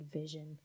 vision